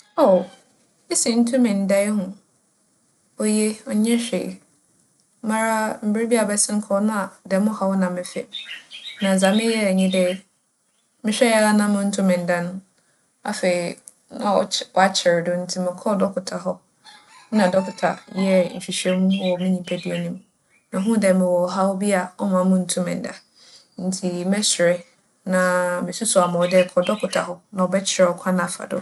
Aw! ese inntum nnda ehu? Oye, ͻnnyɛ hwee. Mara, mber bi a abɛsen kͻ no na dɛm haw no na mefa mu na dza meyɛe nye dɛ, mohwɛe a na munntum nnda no, afei na ͻkye - ͻakyer do ntsi mokͻr dͻkota hͻ na dͻkota yɛɛ nhwehwɛmu wͻ me nyimpadua no mu, na muhun dɛ mowͻ ͻhaw bi a ͻmma munntum nnda. Ntsi mɛserɛ na mesusu ama wo dɛ kͻ dͻkota hͻ na ͻbɛkyerɛ wo kwan a fa do.